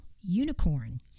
Unicorn